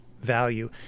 value